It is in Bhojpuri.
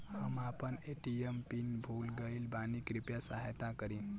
हम आपन ए.टी.एम पिन भूल गईल बानी कृपया सहायता करी